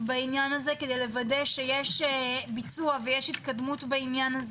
בעניין כדי לוודא שיש ביצוע והתקדמות בעניין.